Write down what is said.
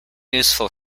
useful